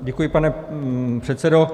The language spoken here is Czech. Děkuji, pane předsedo.